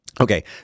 Okay